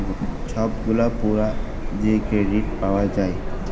ছব গুলা পুরা যে কেরডিট পাউয়া যায়